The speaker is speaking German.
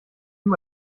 ihm